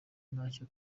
ntacyo